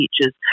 teachers